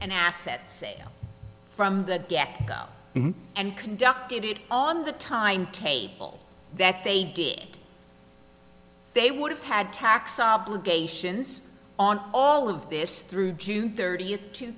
and assets from the get go and conducted on the timetable that they gave they would have had tax obligations on all of this through june thirtieth two